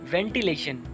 Ventilation